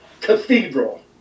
cathedral